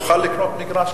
לקנות מגרש,